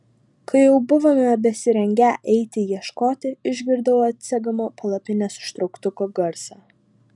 kai jau buvome besirengią eiti ieškoti išgirdau atsegamo palapinės užtrauktuko garsą